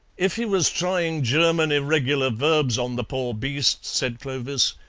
if he was trying german irregular verbs on the poor beast, said clovis,